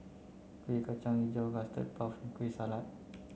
Kueh Kacang Hijau Custard Puff Kueh Salat